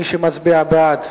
מי שמצביע בעד,